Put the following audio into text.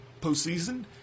postseason